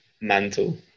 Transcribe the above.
mantle